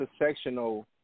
intersectional